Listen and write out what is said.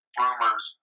rumors